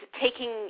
taking